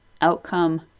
outcome